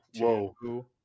whoa